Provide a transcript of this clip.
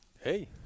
hey